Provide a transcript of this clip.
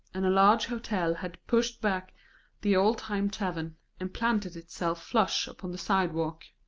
and a large hotel had pushed back the old-time tavern, and planted itself flush upon the sidewalk.